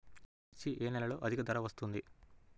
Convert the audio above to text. మిర్చి ఏ నెలలో అధిక ధర వస్తుంది?